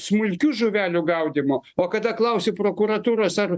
smulkių žuvelių gaudymu o kada klausi prokuratūros ar